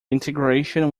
integration